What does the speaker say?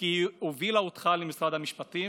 כי היא הובילה אותך למשרד המשפטים,